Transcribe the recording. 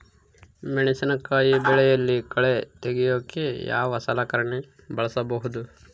ಮೆಣಸಿನಕಾಯಿ ಬೆಳೆಯಲ್ಲಿ ಕಳೆ ತೆಗಿಯೋಕೆ ಯಾವ ಸಲಕರಣೆ ಬಳಸಬಹುದು?